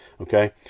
okay